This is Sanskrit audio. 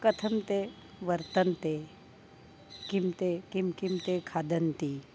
कथं ते वर्तन्ते किं ते किं किं ते खादन्ति